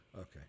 Okay